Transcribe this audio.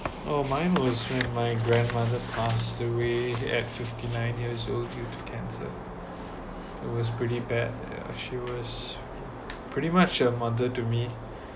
oh mine was with my grandmother passed away at fifty nine years old due to cancer it was pretty bad yeah she was pretty much a mother to me